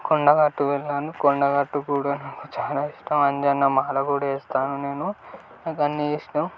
కొండగట్టు వెళ్ళాను కొండగట్టు కూడా నాకు చాలా ఇష్టం అంజన్న మాల కూడా వేస్తాను నేను నాకు అన్నీ ఇష్టం